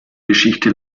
geschichte